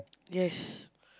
yes